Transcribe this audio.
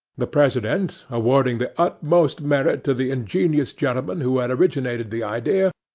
the president, awarding the utmost merit to the ingenious gentleman who had originated the idea,